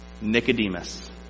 Nicodemus